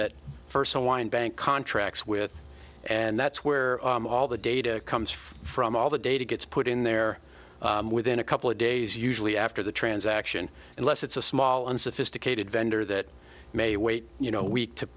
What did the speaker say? online bank contracts with and that's where all the data comes from all the data gets put in there within a couple of days usually after the transaction unless it's a small and sophisticated vendor that may wait you know week to